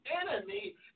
enemy